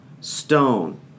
Stone